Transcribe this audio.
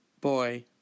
Boy